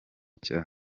cyabo